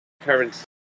currency